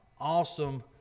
awesome